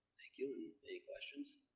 thank you, any questions?